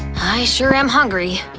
i sure am hungry.